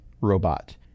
robot